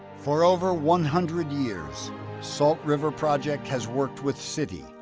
for over one hundred years salt river project has worked with city,